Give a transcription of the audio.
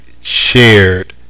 shared